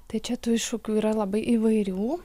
tai čia tų iššūkių yra labai įvairių